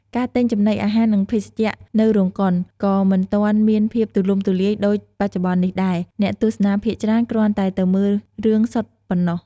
ការទិញចំណីអាហារ និងភេសជ្ជៈនៅរោងកុន ក៏មិនទាន់មានភាពទូលំទូលាយ ដូចបច្ចុប្បន្ននោះដែរ អ្នកទស្សនាភាគច្រើនគ្រាន់តែទៅមើលរឿងសុទ្ធប៉ុណ្ណោះ ។